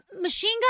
Machine